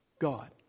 God